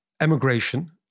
emigration